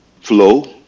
flow